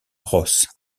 ross